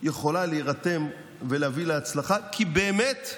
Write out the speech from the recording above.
יכול להירתם ולהביא להצלחה, כי באמת,